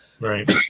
Right